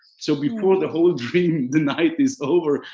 so before the whole dream, the night is over.